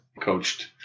coached